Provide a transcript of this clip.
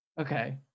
Okay